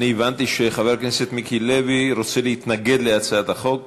אני הבנתי שחבר הכנסת מיקי לוי רוצה להתנגד להצעת החוק